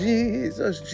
Jesus